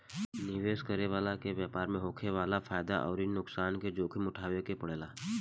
निवेश करे वाला के व्यापार में होखे वाला फायदा अउरी नुकसान के जोखिम उठावे के पड़ेला